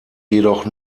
jedoch